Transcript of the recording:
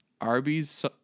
Arby's